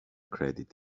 credit